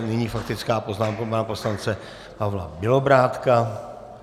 Nyní faktická poznámka pana poslance Pavla Bělobrádka.